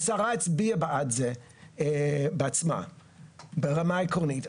השרה הצביעה בעד זה בעצמה ברמה העקרונית.